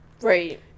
right